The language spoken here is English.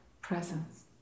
presence